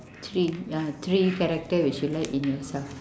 three ya three character which you like in yourself